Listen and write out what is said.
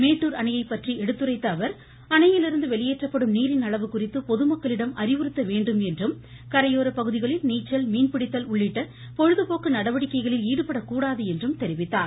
மேட்டூர் அணையை பற்றி எடுத்துரைத்த அவர் அணையிலிருந்து வெளியேற்றப்படும் நீரின் அளவு குறித்து பொதுமக்களிடம் அறிவுறுத்த வேண்டும் என்றும் கரையோர பகுதிகளில் நீச்சல் மீன்பிடித்தல் உள்ளிட்ட பொழுதுபோக்கு நடவடிக்கைகளில் ஈடுபடக்கூடாது என்றும் தெரிவித்தார்